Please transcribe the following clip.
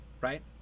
right